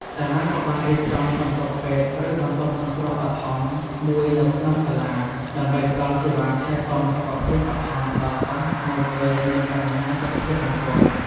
សាលាក៏បានរៀបចំបន្ទប់ពេទ្យឬបន្ទប់សង្រ្គោះបឋមមួយនៅក្នុងសាលា ដើម្បីផ្តល់សេវាថែទាំសុខភាពបឋមដល់សិស្សនៅពេលមានបញ្ហាសុខភាពបន្ទាន់។